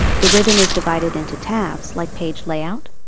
the ribbon is divided into tabs like page layout,